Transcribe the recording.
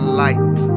light